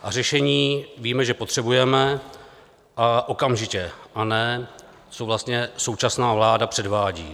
A řešení víme, že potřebujeme okamžitě, a ne to, co vlastně současná vláda předvádí.